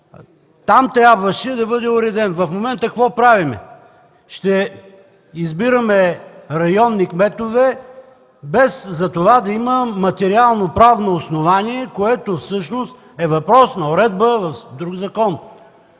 Там трябваше да бъде уреден, а в момента какво правим? Ще избираме районни кметове, без затова да има материално-правно основание, което всъщност е въпрос на уредба в друг закон.